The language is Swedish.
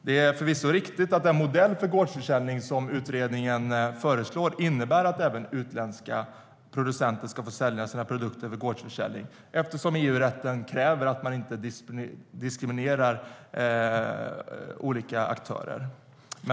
Det är förvisso riktigt att den modell för gårdsförsäljning som utredningen föreslår innebär att även utländska producenter ska få sälja sina produkter vid gårdsförsäljning eftersom EU-rätten kräver att man inte diskriminerar olika aktörer.